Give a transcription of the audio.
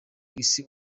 isi